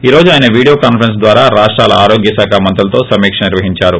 ఈ రోజు ఆయన వీడియోకాన్పరెన్స్ ద్వారా రాష్టాల ఆరోగ్య శాఖ మంత్రులతో సమీక నిర్వహించారు